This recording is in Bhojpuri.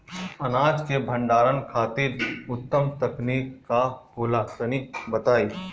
अनाज के भंडारण खातिर उत्तम तकनीक का होला तनी बताई?